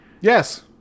yes